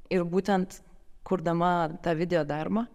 ir būtent kurdama tą video darbą